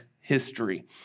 history